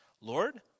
Lord